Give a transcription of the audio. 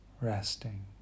resting